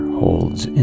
holds